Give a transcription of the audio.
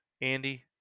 Andy